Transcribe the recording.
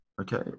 okay